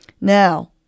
Now